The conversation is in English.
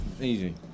Easy